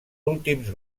últims